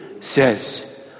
says